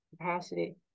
capacity